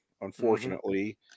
unfortunately